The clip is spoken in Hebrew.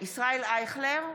ישראל אייכלר,